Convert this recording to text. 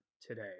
today